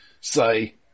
say